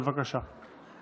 בבקשה.